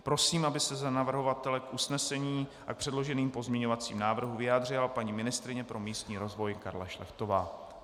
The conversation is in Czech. Prosím, aby se za navrhovatele k usnesení a k předloženým pozměňovacím návrhům vyjádřila paní ministryně pro místní rozvoj Karla Šlechtová.